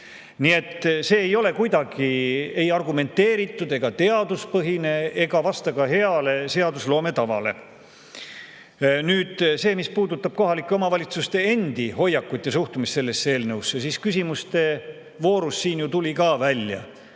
Nii et see ei ole kuidagi ei argumenteeritud ega teaduspõhine, see ei vasta ka heale seadusloome tavale. Nüüd see, mis puudutab kohalike omavalitsuste endi hoiakut ja suhtumist sellesse eelnõusse. Siin küsimuste voorus tuli ju ka välja,